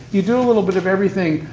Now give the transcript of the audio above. you do a little bit of everything,